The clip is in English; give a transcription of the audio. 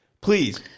Please